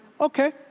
okay